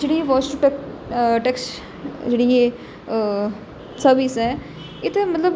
जेहड़ी ऐ voice to text जेहड़ी ऐ सर्बिस ऐ एह् ते मतलब